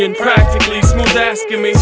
you give me